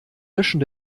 löschen